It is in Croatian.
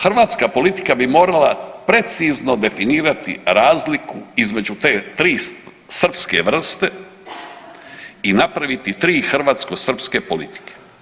Hrvatska politika bi morala precizno definirati razliku između te tri srpske vrste i napraviti tri hrvatsko-srpske politike.